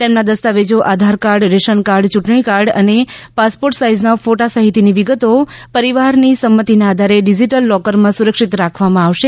તેમના દસ્તાવેજો Aadhaar card ration card ચૂંટણી કાર્ડ અને પાસપોર્ટ સાઇઝના ફોટા સહિતની વિગતો પરિવારની સંમતિના આધારે ડિઝીટલ લોકરમાં સુરક્ષિત રાખવામાં આવશે